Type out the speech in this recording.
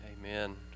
Amen